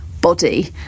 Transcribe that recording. body